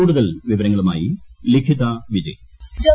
കൂടുതൽ വിവരങ്ങളുമായി ലിഖിത വിജയൻ വോയിസ്